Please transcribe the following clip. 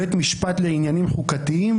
בית משפט לעניינים חוקתיים,